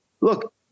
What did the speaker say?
Look